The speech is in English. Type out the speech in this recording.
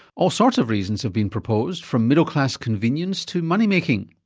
all sorts of reasons have been proposed, from middle class convenience to money-making,